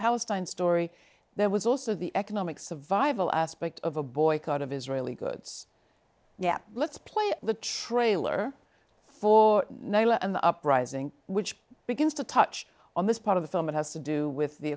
palestine story there was also the economic survival aspect of a boycott of israeli goods yeah let's play the trailer for nola uprising which begins to touch on this part of the film it has to do with the